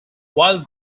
while